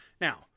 now